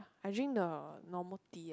I drink the normal tea